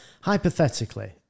hypothetically